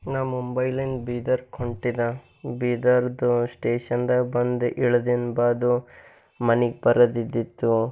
ನಾನು ಮುಂಬೈಲಿನ್ದ ಬೀದರ್ಕ ಹೊಂಟಿನ ಬೀದರ್ದ ಸ್ಟೇಷನ್ದಾಗ ಬಂದು ಇಳ್ದಿನ ಬಾದು ಮನೆಗ್ ಬರೋದಿದ್ದಿತ್ತು